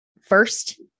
first